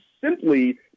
simply